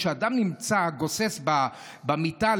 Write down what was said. כשאדם נמצא גוסס במיטה,